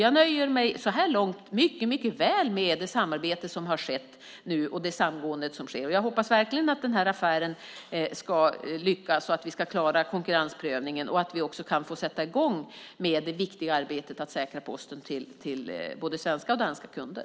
Jag nöjer mig så här långt mycket väl med det samarbete som har skett och det samgående som sker. Jag hoppas verkligen att den här affären ska lyckas, att vi ska klara konkurrensprövningen och att vi också kan få sätta i gång med det viktiga arbetet att säkra postservicen för både svenska och danska kunder.